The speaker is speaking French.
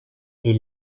est